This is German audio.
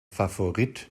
favorit